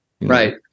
right